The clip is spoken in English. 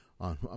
on